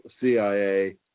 CIA